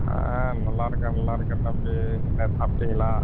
ஆ நல்லாருக்கேன் நல்லாருக்கேன் தம்பி என்ன சாப்பிட்டீங்களா